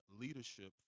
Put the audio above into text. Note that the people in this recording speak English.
leadership